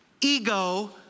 Ego